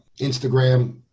Instagram